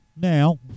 now